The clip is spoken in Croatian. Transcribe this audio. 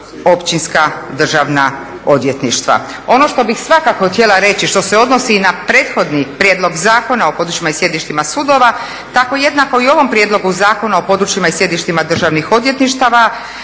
općinska državna odvjetništva. Ono što bih svakako htjela reći, što se odnosi i na prethodni Prijedlog zakona o područjima i sjedištima sudova tako jednako i ovom Prijedlogu zakona o područjima i sjedištima državnih odvjetništava,